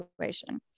situation